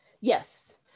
yes